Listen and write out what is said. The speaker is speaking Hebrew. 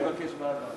והוא יבקש ועדה.